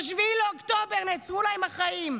ב-7 באוקטובר נעצרו להן החיים.